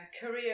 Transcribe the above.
career